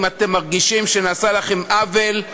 אם אתם מרגישים שנעשה לכם עוול,